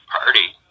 Party